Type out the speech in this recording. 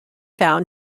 found